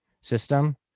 system